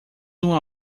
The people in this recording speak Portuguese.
uma